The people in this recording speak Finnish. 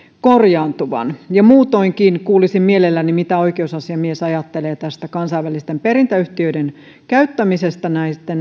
korjaantuvan muutoinkin kuulisin mielelläni mitä oikeusasiamies ajattelee kansainvälisten perintäyhtiöiden käyttämisestä